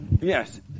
yes